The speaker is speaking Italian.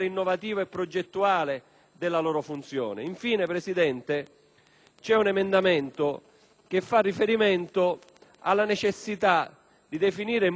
l'emendamento 24.506 indica la necessità di definire in modo pattizio la piena attuazione delle norme per le Regioni a Statuto speciale